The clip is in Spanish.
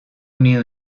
unido